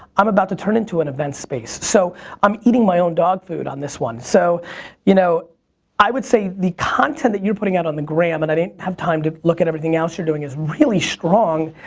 i'm about to turn into an events space. so i'm eating my own dogfood on this one. so you know i would say the content you're putting out on the gram, and i didn't have time to look at everything else you're doing, is really strong.